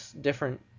different